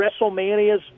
WrestleManias